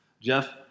Jeff